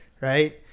right